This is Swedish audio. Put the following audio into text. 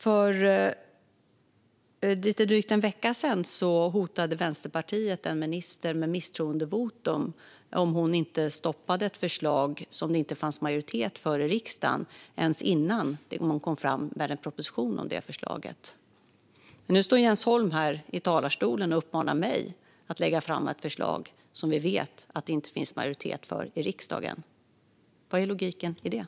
För lite drygt en vecka sedan hotade Vänsterpartiet en minister med misstroendevotum om hon inte stoppade ett förslag som det inte fanns majoritet för i riksdagen, detta redan innan hon kom fram med en proposition om förslaget. Nu står Jens Holm här i talarstolen och uppmanar mig att lägga fram ett förslag som vi vet att det inte finns majoritet för i riksdagen. Vad är logiken i detta?